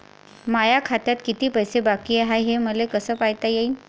माया खात्यात किती पैसे बाकी हाय, हे मले कस पायता येईन?